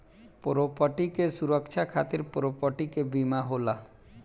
property के सुरक्षा खातिर प्रॉपर्टी के बीमा होला